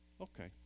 okay